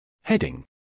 Heading